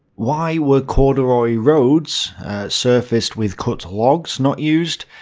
why were corduroy roads surfaced with cut logs not used?